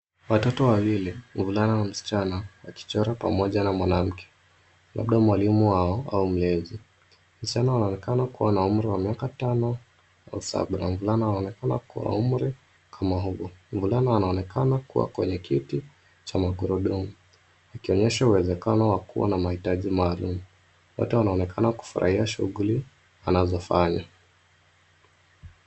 Watoto wawili, mvulana namsichana wakichora pamoja na mwanamke labda mwalimu wao au mlezi. Msichana anaonekana kuwa na umri wa miaka tano au saba na mvulana anaonekana kuwa na umri kama huo. Mvulana anaonekana kuwa kwenye kiti cha magurudumu ikionyesha uwezekano wa kuwa na mahitaji maalum. Wote wanaonekana kufurahia shughuli anazofanya.